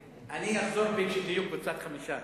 אחזור בי כשתהיו קבוצת חמישה.